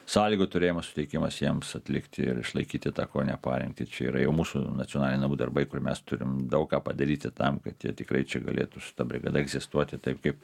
sąlygų turėjimas suteikimas jiems atlikti ir išlaikyti tą kovinę parengtį čia yra jau mūsų nacionaliniai namų darbai kur mes turim daug ką padaryti tam kad jie tikrai čia galėtų su ta brigada egzistuoti taip kaip